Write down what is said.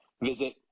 Visit